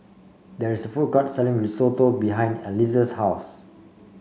there is a food court selling Risotto behind Eliezer's house